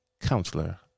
counselor